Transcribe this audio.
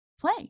play